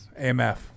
AMF